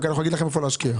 רק נגיד לכם איפה להשקיע.